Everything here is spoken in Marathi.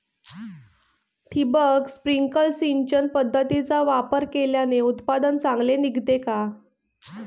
ठिबक, स्प्रिंकल सिंचन पद्धतीचा वापर केल्याने उत्पादन चांगले निघते का?